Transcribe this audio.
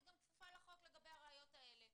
היא גם כפופה לחוק לגבי הראיות האלה.